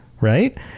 right